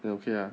then okay lah